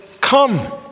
Come